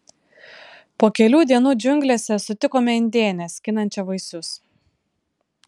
po kelių dienų džiunglėse sutikome indėnę skinančią vaisius